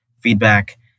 feedback